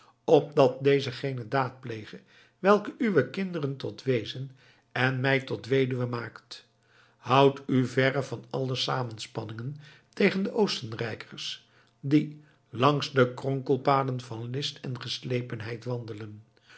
opdat deze geene daad plege welke uwe kinderen tot weezen en mij tot weduwe maakt houdt u verre van alle samenspanningen tegen de oostenrijkers die langs de kronkelpaden van list en geslepenheid wandelen